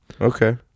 okay